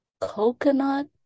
coconut